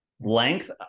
Length